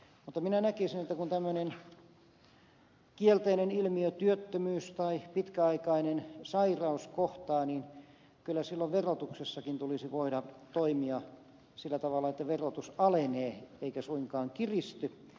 mutta minä näkisin että kun tämmöinen kielteinen ilmiö työttömyys tai pitkäaikainen sairaus kohtaa niin kyllä silloin verotuksessakin tulisi voida toimia sillä tavalla että verotus alenee eikä suinkaan kiristy